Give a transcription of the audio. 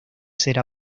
ser